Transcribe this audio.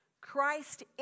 Christ